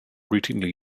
routinely